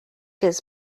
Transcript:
his